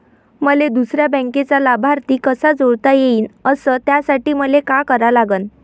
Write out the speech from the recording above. मले दुसऱ्या बँकेचा लाभार्थी कसा जोडता येईन, अस त्यासाठी मले का करा लागन?